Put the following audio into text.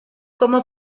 como